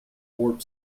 warp